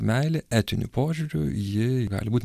meilė etiniu požiūriu ji gali būt